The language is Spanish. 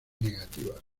negativas